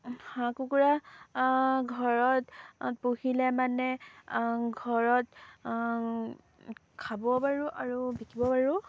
হাঁহ কুকুৰা ঘৰত পুহিলে মানে ঘৰত খাব পাৰোঁ আৰু বিকিব পাৰোঁ